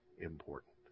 important